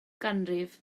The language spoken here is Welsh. ganrif